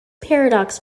paradox